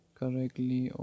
correctly